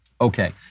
Okay